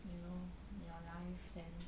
you know your life then